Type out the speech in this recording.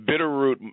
Bitterroot